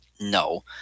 No